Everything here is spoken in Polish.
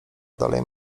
dalej